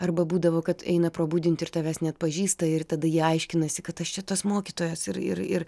arba būdavo kad eina pro budintį ir tavęs neatpažįsta ir tada jie aiškinasi kad aš čia tas mokytojas ir ir ir